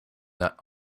that